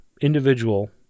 individual